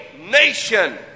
nation